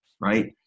right